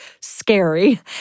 scary